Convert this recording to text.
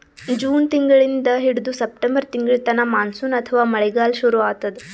June ತಿಂಗಳಿಂದ್ ಹಿಡದು September ತಿಂಗಳ್ತನಾ ಮಾನ್ಸೂನ್ ಅಥವಾ ಮಳಿಗಾಲ್ ಶುರು ಆತದ್